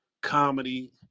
comedy